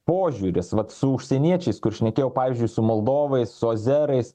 požiūris vat su užsieniečiais kur šnekėjau pavyzdžiui su moldovais su azerais